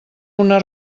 una